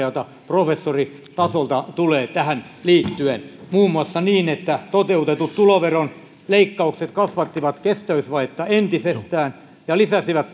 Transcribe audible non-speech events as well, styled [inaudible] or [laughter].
[unintelligible] joita professoritasolta tulee tähän liittyen muun muassa siitä että toteutetut tuloveronleikkaukset kasvattivat kestävyysvajetta entisestään ja lisäsivät [unintelligible]